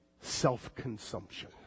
self-consumption